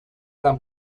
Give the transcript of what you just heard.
tan